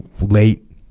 late